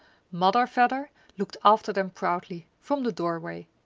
mother vedder looked after them proudly, from the doorway.